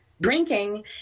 drinking